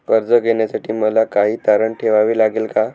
कर्ज घेण्यासाठी मला काही तारण ठेवावे लागेल का?